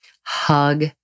hug